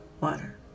water